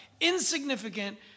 insignificant